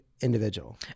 individual